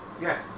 Yes